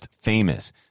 Famous